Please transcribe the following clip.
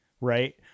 right